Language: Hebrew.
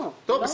לא.